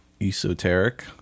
esoteric